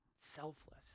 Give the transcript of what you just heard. selfless